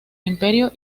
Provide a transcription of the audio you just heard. imperio